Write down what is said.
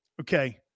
Okay